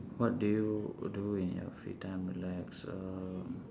what do you do in your free time relax err